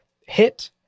hit